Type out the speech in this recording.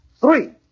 three